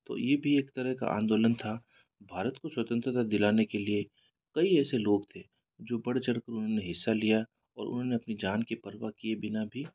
तो ये भी एक तरह का आंदोलन था भारत को स्वतंत्रता दिलाने के लिए कई ऐसे लोग थे जो बढ़ चढ़कर उन्होंने हिस्सा लिया और उन्होंने अपनी जान की परवाह किए बिना भी